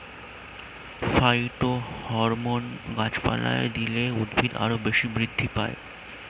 phytohormone গাছপালায় দিলে উদ্ভিদ আরও বেশি বৃদ্ধি পায়